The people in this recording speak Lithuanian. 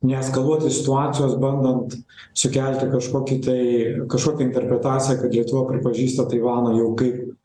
neeskaluoti situacijos bandant sukelti kažkokį tai kažkokią interpretaciją kad lietuva pripažįsta taivaną jau kaip